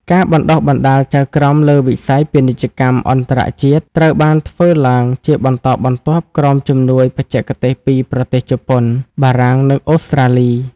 ការបណ្ដុះបណ្ដាលចៅក្រមលើវិស័យពាណិជ្ជកម្មអន្តរជាតិ ត្រូវបានធ្វើឡើងជាបន្តបន្ទាប់ក្រោមជំនួយបច្ចេកទេសពីប្រទេសជប៉ុន បារាំង និងអូស្ត្រាលី។